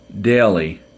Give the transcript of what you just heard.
daily